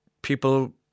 People